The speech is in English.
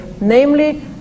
namely